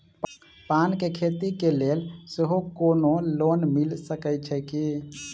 पान केँ खेती केँ लेल सेहो कोनो लोन मिल सकै छी की?